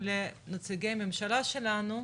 לנציגי ממשלה שלנו.